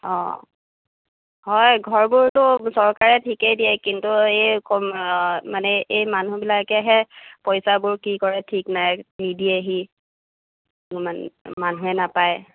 অ হয় ঘৰবোৰতো চৰকাৰে ঠিকেই দিয়ে কিন্তু এই কম মানে এই মানুহবিলাকেহে পইচাবোৰ কি কৰে ঠিক নাই নিদিয়েহি মা মানুহে নাপায়